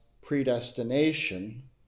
predestination